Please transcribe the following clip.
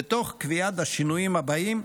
ותוך קביעת השינויים הבאים,